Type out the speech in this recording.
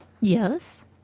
Yes